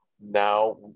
now